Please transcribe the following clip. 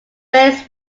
face